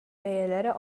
бэйэлэрэ